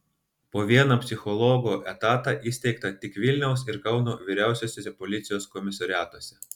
po vieną psichologo etatą įsteigta tik vilniaus ir kauno vyriausiuosiuose policijos komisariatuose